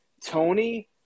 Tony